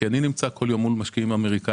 אני נמצא כל יום מול מול משקיעים אמריקאים